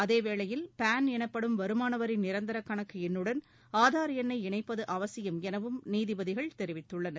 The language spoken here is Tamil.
அதேவேளையில் பான் எனப்படும் வருமானவரி நிரந்தர கணக்கு எண்னுடன் ஆதார் எண்ணை இணைப்பது அவசியம் எனவும நீதிபதிகள் தெரிவித்துள்ளனர்